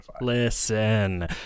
listen